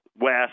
west